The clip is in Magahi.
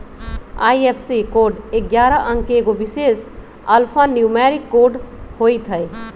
आई.एफ.एस.सी कोड ऐगारह अंक के एगो विशेष अल्फान्यूमैरिक कोड होइत हइ